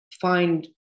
find